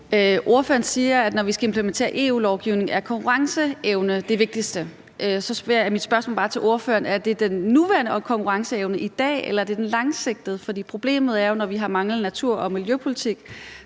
Ordføreren siger, at når vi skal implementere EU-lovgivning, er konkurrenceevne det vigtigste. Så er mit spørgsmål bare til ordføreren, om det er den nuværende konkurrenceevne i dag, eller om det er den langsigtede. Problemet er jo, at vi, når vi har manglet en natur- og miljøpolitik,